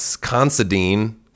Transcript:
Considine